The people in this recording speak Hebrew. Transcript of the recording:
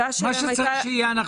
מה שצריך להיות,